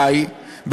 פריג'.